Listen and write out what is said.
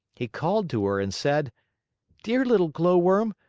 he called to her and said dear little glowworm,